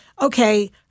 okay